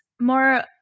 more